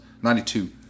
92